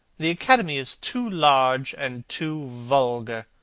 the academy is too large and too vulgar.